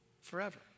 forever